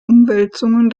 umwälzungen